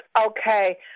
Okay